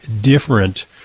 different